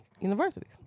universities